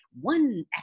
one